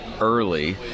early